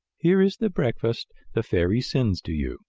here is the breakfast the fairy sends to you,